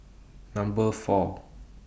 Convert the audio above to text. Number four